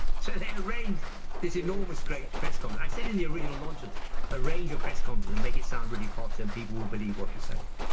they arranged this enormous great press conference. i said in the original launches arranged a press conference and make it sound really posh and people will believe what you say.